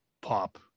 pop